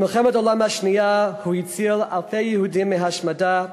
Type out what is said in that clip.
במלחמת העולם השנייה הוא הציל אלפי יהודים מהשמדה,